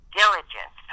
diligent